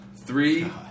three